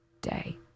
day